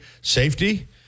safety